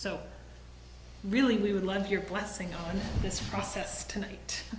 so really we would love your blessing on this process tonight